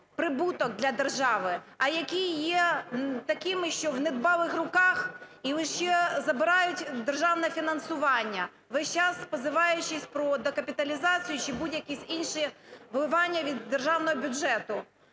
прибуток для держави, а які є такими, що в недбалих руках і лише забирають державне фінансування, весь час позиваючись про докапіталізацію чи будь-які інші вливання від державного бюджету.